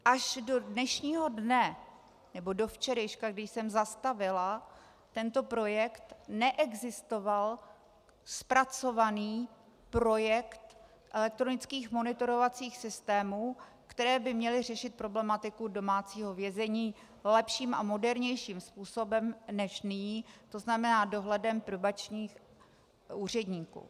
Až do dnešního dne, nebo do včerejška, kdy jsem zastavila tento projekt, neexistoval zpracovaný projekt elektronických monitorovacích systémů, které by měly řešit problematiku domácího vězení lepším a modernějším způsobem než nyní, tzn. dohledem probačních úředníků.